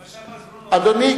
אדוני,